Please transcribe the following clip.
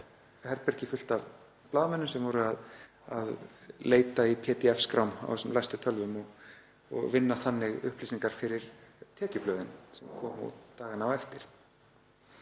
herbergi með fullt af blaðamönnum sem voru að leita í PDF-skrám á þessum læstu tölvum og vinna þannig upplýsingar fyrir tekjublöðin sem voru að koma út dagana á eftir.